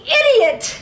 idiot